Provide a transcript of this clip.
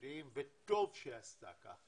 הסיעודיות וטוב שעשתה כך.